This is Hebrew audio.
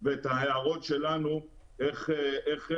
בספר "הדרך"